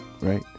right